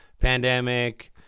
Pandemic